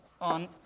on